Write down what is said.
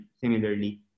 similarly